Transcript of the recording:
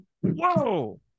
whoa